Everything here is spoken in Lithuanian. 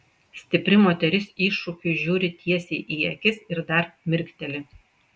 stipri moteris iššūkiui žiūri tiesiai į akis ir dar mirkteli